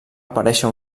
aparèixer